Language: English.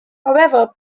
however